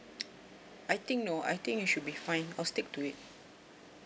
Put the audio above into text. I think no I think it should be fine I'll stick to it